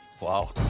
Wow